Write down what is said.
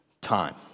time